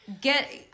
get